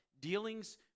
dealings